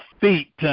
feet